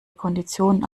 konditionen